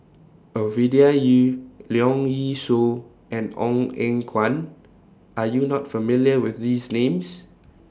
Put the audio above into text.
Ovidia Yu Leong Yee Soo and Ong Eng Guan Are YOU not familiar with These Names